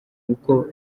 uko